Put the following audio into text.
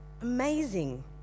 Amazing